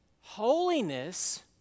Holiness